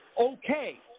okay